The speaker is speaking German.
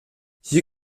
hier